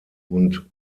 und